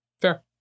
Fair